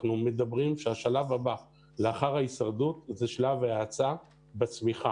אנחנו מדברים על כך שהשלב הבא לאחר ההישרדות הוא שלב ההאצה בצמיחה.